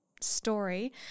story